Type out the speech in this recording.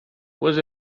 was